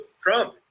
Trump